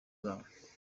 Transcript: bwawe